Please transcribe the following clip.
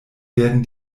werden